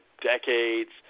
decades